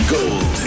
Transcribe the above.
Gold